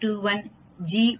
29 மற்றும் Tஎன்பது 0